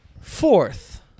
fourth